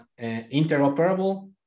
interoperable